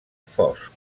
fosc